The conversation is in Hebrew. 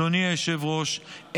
אדוני היושב-ראש,